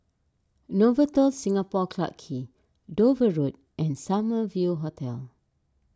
Novotel Singapore Clarke Quay Dover Road and Summer View Hotel